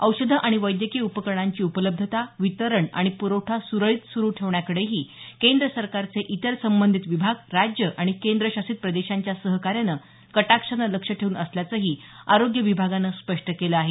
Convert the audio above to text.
औषधं आणि वैद्यकीय उपकरणांची उपलब्धता वितरण आणि प्रवठा सुरळीत सुरू ठेवण्याकडेही केंद्र सरकारचे इतर संबंधित विभाग राज्य आणि केंद्रशासित प्रदेशांच्या सहकार्यानं कटाक्षानं लक्ष ठेवून असल्याचंही आरोग्य विभागानं स्पष्टं केलं आहे